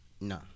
No